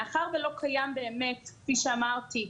מאחר ולא קיים באמת כפי שאמרתי,